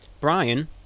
Brian